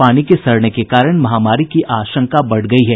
पानी के सड़ने के कारण महामारी की आशंका बढ़ गयी है